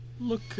Look